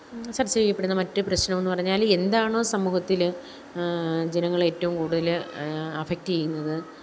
ചര്ച്ച ചെയ്യപ്പെടുന്ന മറ്റു പ്രശ്നമെന്നു പറഞ്ഞാൽ എന്താണോ സമൂഹത്തിൽ ജനങ്ങളേറ്റവും കൂടുതൽ എഫെക്റ്റ് ചെയ്യുന്നത്